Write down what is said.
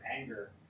anger